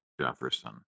Jefferson